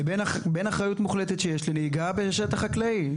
לבין אחריות מוחלטת שיש לנהיגה בשטח חקלאי,